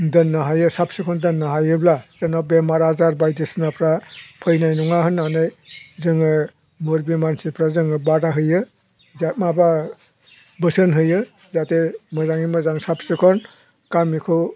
दोननो हायो साब सिखोन दोननो हायोब्ला जोंना बेमार आजार बायदिसिनाफ्रा फैनाय नङा होननानै जोङो मुरबि मानसिफ्रा जोङो बादा होयो जा माबा बोसोन होयो जाहाथे मोजाङै मोजां साब सिखन गामिखौ